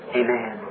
amen